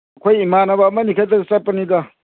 ꯑꯩꯈꯣꯏ ꯏꯃꯥꯟꯟꯕ ꯑꯃ ꯑꯅꯤꯈꯛꯇ ꯆꯠꯄꯅꯤꯗ